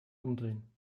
umdrehen